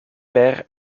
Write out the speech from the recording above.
per